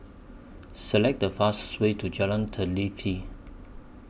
Select The fastest Way to Jalan Teliti